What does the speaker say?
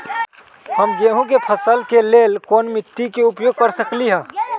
हम गेंहू के फसल के लेल कोन मिट्टी के उपयोग कर सकली ह?